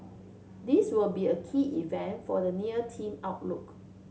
this will be a key event for the near team outlook